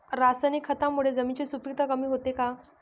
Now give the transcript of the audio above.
रासायनिक खतांमुळे जमिनीची सुपिकता कमी होते का?